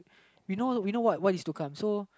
we know we know what is to come so